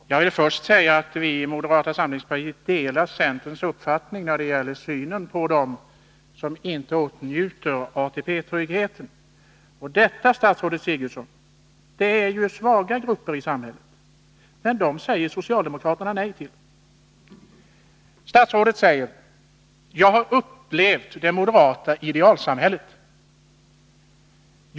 Herr talman! Jag vill först säga att vi i moderata samlingspartiet delar centerns uppfattning när det gäller synen på dem som inte åtnjuter ATP-tryggheten. Detta är, statsrådet Sigurdsen, svaga grupper i samhället. Men dem säger socialdemokraterna nej till. Statsrådet säger: Jag har upplevt det moderata idealsamhället!